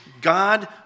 God